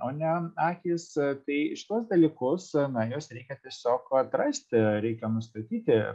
o ne akys tai šituos dalykus nu juos reikia tiesiog atrasti reikia nustatyti